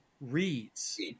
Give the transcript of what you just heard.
reads